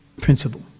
principle